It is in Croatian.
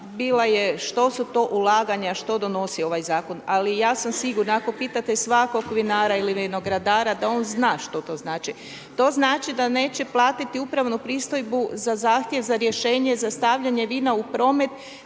bila je što su to ulaganja, što donosi ovaj zakon. Ali ja sam sigurna ako pitate svakog vinara ili vinogradara da on zna što to znači. To znači da neće platiti upravnu pristojbu za zahtjev za rješenje za stavljanje vina u promet